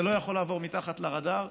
זה לא יכול לעבור מתחת לרדאר.